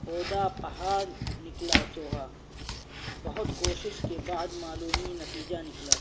کھودا پہاڑ نکلا چوہا بہت کوشش کے بعد معمولی نتیجہ نکلا